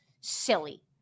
silly